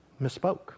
misspoke